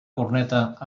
corneta